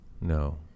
No